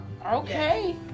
Okay